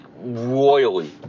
royally